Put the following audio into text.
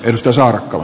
risto saikko